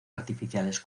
artificiales